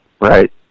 Right